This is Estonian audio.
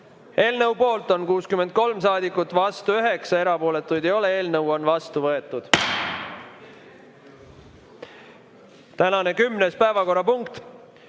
Eelnõu poolt on 63 saadikut, vastu 9, erapooletuid ei ole. Eelnõu on [seadusena] vastu võetud. Tänane kümnes päevakorrapunkt